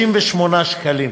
6,338 שקלים.